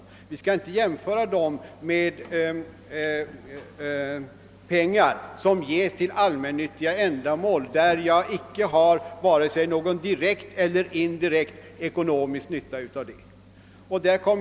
Därför skall vi inte jämföra dem med de pengar som ges ut till allmännyttiga ändamål, som vi inte har vare sig direkt eller indirekt ekonomisk nytta av.